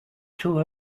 too